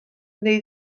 neu